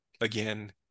again